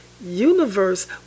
universe